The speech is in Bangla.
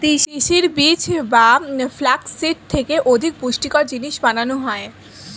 তিসির বীজ বা ফ্লাক্স সিড থেকে অধিক পুষ্টিকর জিনিস বানানো হয়